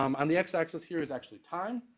um on the x-axis here is actually time.